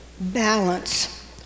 Balance